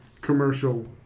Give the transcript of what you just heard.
commercial